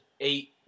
eight